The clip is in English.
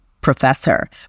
professor